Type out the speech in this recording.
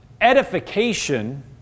Edification